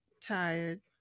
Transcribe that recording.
tired